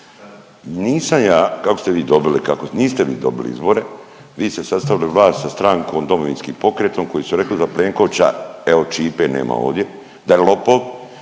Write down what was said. Nisam ja kako ste vi dobili. Niste vi dobili izbore. Vi ste sastavili vlast sa strankom Domovinskim pokretom koji su rekli za Plenkovića, evo Ćipe nema ovdje, da je lopov,